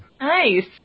Nice